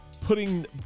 putting